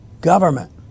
government